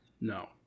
No